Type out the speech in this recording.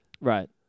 right